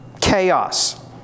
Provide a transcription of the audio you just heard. Chaos